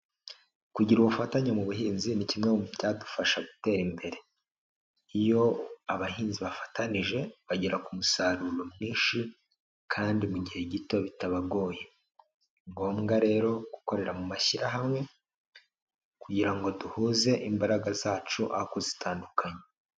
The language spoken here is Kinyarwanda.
Kugira ubufatanye mu buhinzi ni kimwe mu byadufasha gutera imbere, iyo abahinzi bafatanije bagera ku musaruro mwinshi kandi mu gihe gito bitabagoye, ni ngombwa rero gukorera mu mashyirahamwe kugira ngo duhuze imbaraga zacu ako zitandukanye.